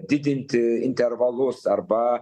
didinti intervalus arba